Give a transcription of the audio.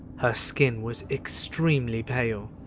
her skin was extremely pale,